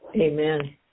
Amen